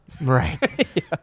Right